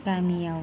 गामिआव